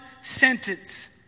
sentence